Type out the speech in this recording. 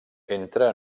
entra